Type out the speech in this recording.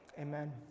Amen